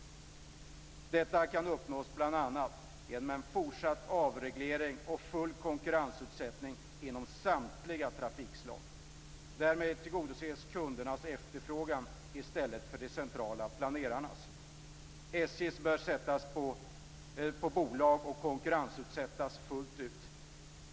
Detta kan uppnås bl.a. genom fortsatt avreglering och full konkurrensutsättning inom samtliga trafikslag. Därmed tillgodoses kundernas efterfrågan i stället för de centrala planerarnas. SJ bör sättas på bolag och konkurrensutsättas fullt ut.